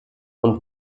und